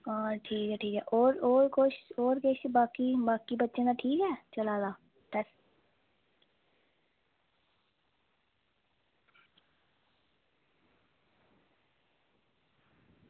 आं ठीक ऐ ठीक ऐ ओह् तुस होर बाकी किश बच्चें दा ठीक ऐ सनाया ते